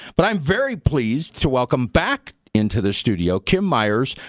but i'm very pleased to welcome back into the studio kim myers,